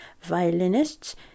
violinists